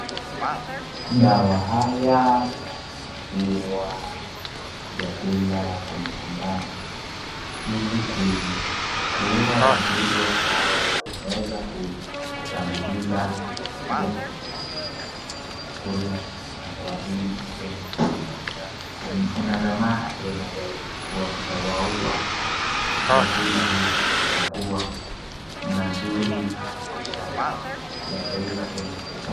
Dawa haya yanyunyuziwa vyakula kwenye shambani ili kuua wadudu ambao wanaweza kumaliza vyakula na kuharibu tena inathamana tena zaidi kwani itawaua na vyakula hivi yatakuwa mazuri na maisha yao yataiva tena tele.